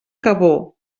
cabó